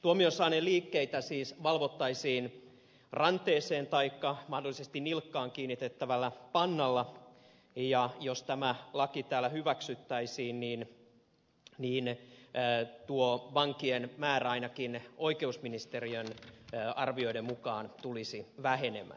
tuomion saaneen liikkeitä siis valvottaisiin ranteeseen taikka mahdollisesti nilkkaan kiinnitettävällä pannalla ja jos tämä laki täällä hyväksyttäisiin niin tuo vankien määrä ainakin oikeusministeriön arvioiden mukaan tulisi vähenemään